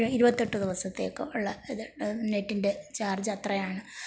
ഒര് ഇരുപത്തിയെട്ട് ദിവസത്തേക്കുള്ള ഇത് നെറ്റിൻ്റെ ചാർജ് അത്രയാണ്